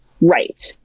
right